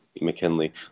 McKinley